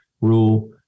rule